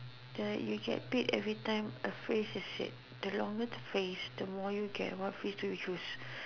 the you get paid everytime a phrase is said the longer the phrase the more you get what phrase do you choose